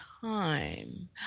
time